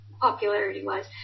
popularity-wise